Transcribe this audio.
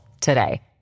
today